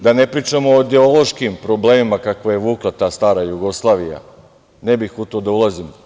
Da ne pričamo o ideološkim problemima kakve je vukla ta stara Jugoslavija, ne bih u to da ulazim.